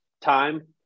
time